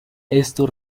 esto